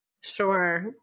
Sure